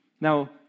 Now